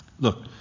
Look